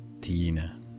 Tina